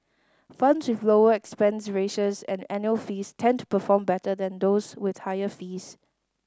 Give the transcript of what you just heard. funds with lower expense ratios and annual fees tend to perform better than those with higher fees